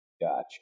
Gotcha